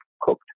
cooked